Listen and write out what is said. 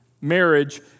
marriage